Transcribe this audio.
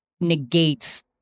negates